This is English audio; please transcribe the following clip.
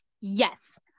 Yes